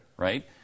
Right